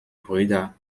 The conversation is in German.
brüder